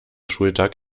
schultag